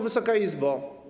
Wysoka Izbo!